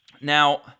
Now